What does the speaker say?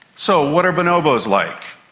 so, what are bonobos like?